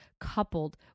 coupled